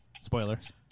Spoilers